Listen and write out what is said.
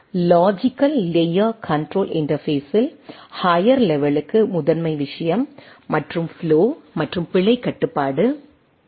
logical layer control இன்டர்பேஸ்ஸில் higher லெவெலுக்கு முதன்மை விஷயம் மற்றும் ஃப்ளோ மற்றும் பிழை கட்டுப்பாடு எல்